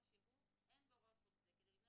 כמו שהוא: "אין בהוראות חוק זה כדי למנוע